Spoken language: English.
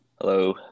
Hello